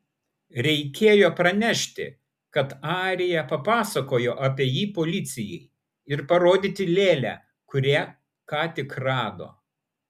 reikėjo pranešti kad arija papasakojo apie jį policijai ir parodyti lėlę kurią ką tik rado